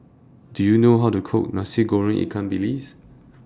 Do YOU know How to Cook Nasi Goreng Ikan Bilis